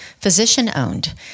Physician-owned